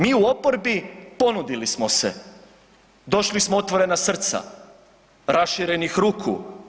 Mi u oporbi ponudili smo se, došli smo otvorena srca, raširenih ruku.